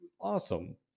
awesome